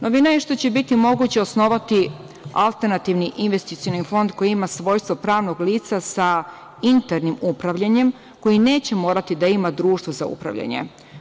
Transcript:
Novina je što će biti moguće osnovati alternativni investicioni fond koji ima svojstvo pravnog lica sa internim upravljanjem koji neće morati da ima društvo za upravljanje.